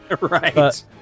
Right